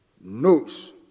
knows